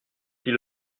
fit